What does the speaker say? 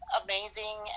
amazing